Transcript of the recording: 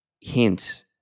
hint